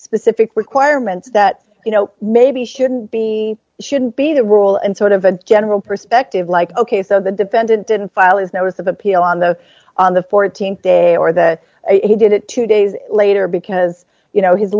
specific requirements that you know maybe shouldn't be shouldn't be the rule and sort of a general perspective like ok so the defendant didn't file is notice of appeal on the on the th day or the he did it two days later because you know his